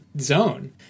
zone